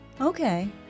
Okay